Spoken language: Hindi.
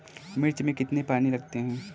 मिर्च में कितने पानी लगते हैं?